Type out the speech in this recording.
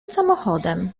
samochodem